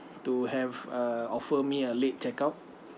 to have uh offer me a late check out